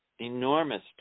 enormous